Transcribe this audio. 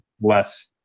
less